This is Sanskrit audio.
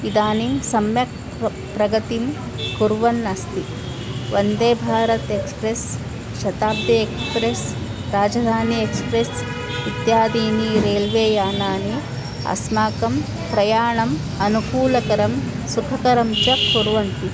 इदानीं सम्यक् प प्रगतिं कुर्वन् अस्ति वन्देभारतम् express Shatabdi express Rajdhani express इत्यादीनि रेल्वेयानानि अस्माकं प्रयाणम् अनुकूलकरं सुखकरं च कुर्वन्ति